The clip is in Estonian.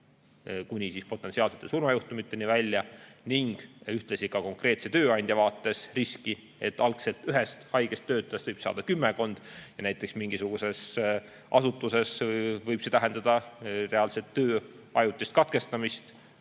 kuni potentsiaalsete surmajuhtumiteni välja, ning ühtlasi konkreetse tööandja vaates riski, et algselt ühest haigest töötajast võib saada kümmekond. Mingisuguses asutuses võib see tähendada reaalset töö ajutist katkestamist.